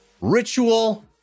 Ritual